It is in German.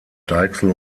deichsel